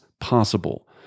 possible